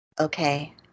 okay